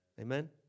Amen